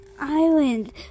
island